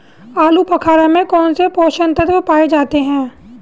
आलूबुखारा में कौन से पोषक तत्व पाए जाते हैं?